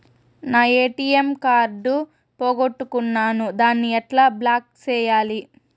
నా ATM card పోగొట్టుకున్నాను, దాన్ని ఎట్లా బ్లాక్ సేయాలి?